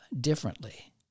differently